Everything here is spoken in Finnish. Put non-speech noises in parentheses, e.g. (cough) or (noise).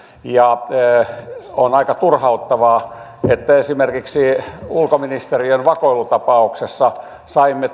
ja on aika turhauttavaa että esimeriksi ulkoministeriön vakoilutapauksessa saimme (unintelligible)